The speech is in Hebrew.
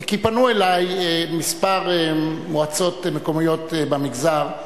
כי פנו אלי כמה מועצות מקומיות במגזר,